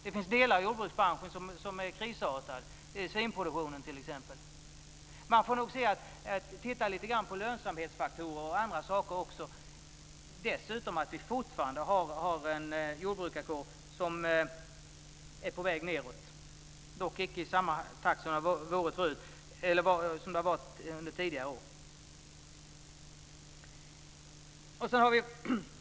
Det finns delar av jordbruksbranschen som är krisartad. Det gäller t.ex. svinproduktionen. Man får nog titta lite grann på lönsamhetsfaktorer och andra saker också. Dessutom har vi fortfarande en jordbrukarkår som är på väg nedåt, dock inte i samma takt som under tidigare år.